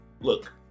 look